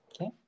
okay